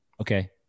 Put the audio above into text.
okay